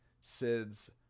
Sid's